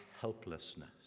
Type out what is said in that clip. helplessness